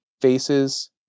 faces